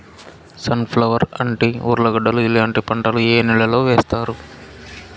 Sun flower, అంటి, ఉర్లగడ్డలు ఇలాంటి పంటలు ఏ నెలలో వేస్తారు?